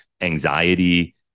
anxiety